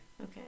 okay